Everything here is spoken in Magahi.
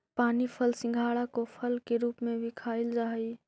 पानी फल सिंघाड़ा को फल के रूप में भी खाईल जा हई